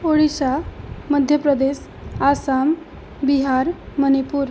ओरिसा मध्यप्रदेशः आसामः बिहारः मणिपुरः